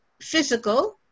physical